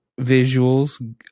visuals